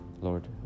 Lord